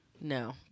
No